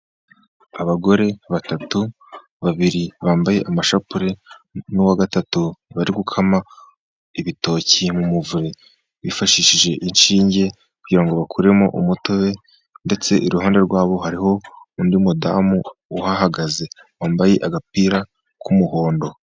Abagore batatu, babiri bambaye amashapure n'uwa gatatu bari gukama ibitoki mu muvure, bifashishije inshinge kugira ngo bakuremo umutobe, ndetse iruhande rwabo hariho undi mudamu uhahagaze wambaye agapira k'umuhondo.